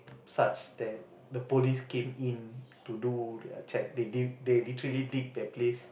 such that the police came in to do their check they did literally dig the place